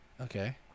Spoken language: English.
Okay